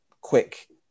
quick